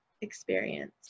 experience